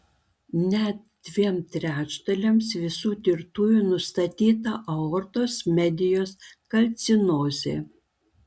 net dviem trečdaliams visų tirtųjų nustatyta aortos medijos kalcinozė